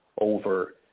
over